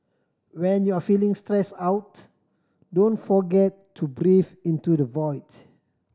when you are feeling stress out don't forget to breathe into the void